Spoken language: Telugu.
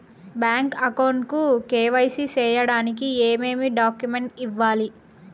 బ్యాంకు అకౌంట్ కు కె.వై.సి సేయడానికి ఏమేమి డాక్యుమెంట్ ఇవ్వాలి?